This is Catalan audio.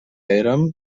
érem